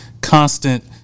constant